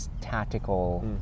tactical